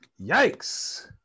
Yikes